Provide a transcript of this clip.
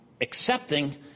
accepting